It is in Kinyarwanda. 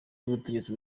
y’ubutegetsi